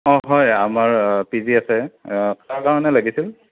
অঁ হয় আমাৰ পি জি আছে কাৰ কাৰণে লাগিছিল